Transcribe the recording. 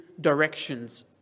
directions